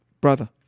brother